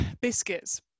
Biscuits